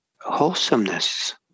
wholesomeness